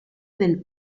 del